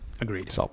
Agreed